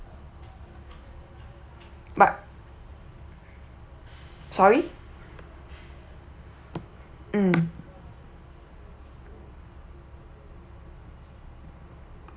but sorry mm